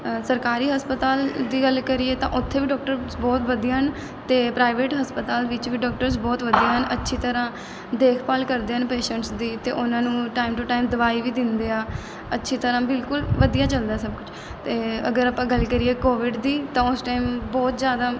ਸਰਕਾਰੀ ਹਸਪਤਾਲ ਦੀ ਗੱਲ ਕਰੀਏ ਤਾਂ ਉੱਥੇ ਵੀ ਡੋਕਟਰਸ ਬਹੁਤ ਵਧੀਆ ਹਨ ਅਤੇ ਪ੍ਰਾਈਵੇਟ ਹਸਪਤਾਲ ਵਿੱਚ ਵੀ ਡੋਕਟਰਸ ਬਹੁਤ ਵਧੀਆ ਹਨ ਅੱਛੀ ਤਰ੍ਹਾਂ ਦੇਖਭਾਲ ਕਰਦੇ ਹਨ ਪੇਸ਼ੈਂਟਸ ਦੀ ਅਤੇ ਉਹਨਾਂ ਨੂੰ ਟਾਈਮ ਟੂ ਟਾਈਮ ਦਵਾਈ ਵੀ ਦਿੰਦੇ ਆ ਅੱਛੀ ਤਰ੍ਹਾਂ ਬਿਲਕੁਲ ਵਧੀਆ ਚਲਦਾ ਸਭ ਕੁਝ ਅਤੇ ਅਗਰ ਆਪਾਂ ਗੱਲ ਕਰੀਏ ਕੋਵਿਡ ਦੀ ਤਾਂ ਉਸ ਟਾਈਮ ਬਹੁਤ ਜ਼ਿਆਦਾ